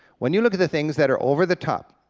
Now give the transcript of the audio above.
when you look at the things that are over the top,